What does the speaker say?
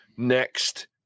Next